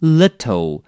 little